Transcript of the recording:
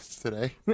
today